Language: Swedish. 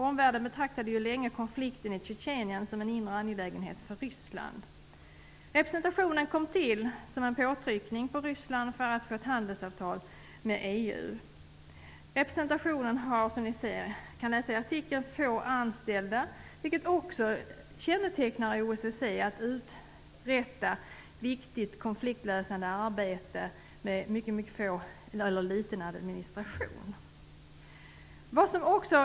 Omvärlden betraktade ju länge konflikten i Tjetjenien som en inre angelägenhet för Representationen kom till som en påtryckning på Ryssland för att få ett handelsavtal med EU. Representationen har, som ni kan läsa i artikeln, få anställda. Det är också kännetecknande för OSSE att uträtta viktigt konfliktlösande arbete med liten administration.